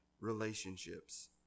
relationships